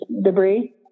debris